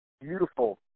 beautiful